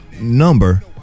number